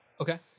Okay